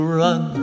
run